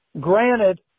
Granted